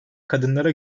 kadınlara